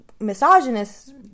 misogynist